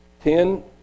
ten